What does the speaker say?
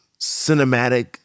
cinematic